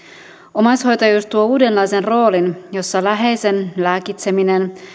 omaishoitajuus tuo uudenlaisen roolin jossa läheisen lääkitseminen